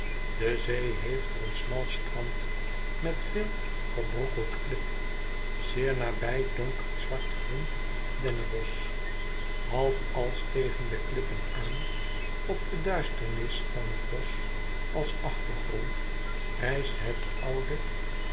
de zee heeft er een smal strand met veel verbrokkeld klip zeer nabij donkert zwartgroen dennenbosch half als tegen de klippen aan op de duisternis van het bosch als achtergrond rijst het oude